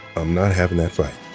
i'm not having that fight.